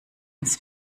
ins